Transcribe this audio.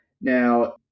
Now